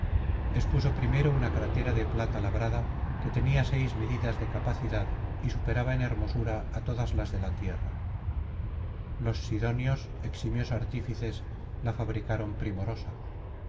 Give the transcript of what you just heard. expuso primero una crátera de plata labrada que tenía seis medidas de capacidad y superaba en hermosura á todas las de la tierra los sidonios eximios artífices la fabricaron primorosa